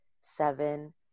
Seven